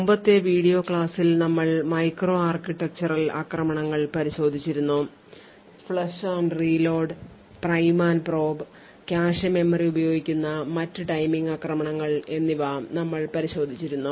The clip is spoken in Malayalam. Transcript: മുമ്പത്തെ വീഡിയോ ക്ലാസ്സിൽ നമ്മൾ മൈക്രോ ആർക്കിടെക്ചറൽ ആക്രമണങ്ങൾ പരിശോധിച്ചിരുന്നു flush and reload prime and probe cache memory ഉപയോഗിക്കുന്ന മറ്റ് ടൈമിംഗ് ആക്രമണങ്ങൾ എന്നിവ നമ്മൾ പരിശോധിച്ചിരുന്നു